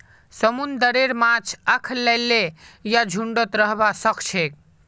समुंदरेर माछ अखल्लै या झुंडत रहबा सखछेक